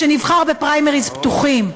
שנבחר בפריימריז פתוחים,